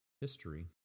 history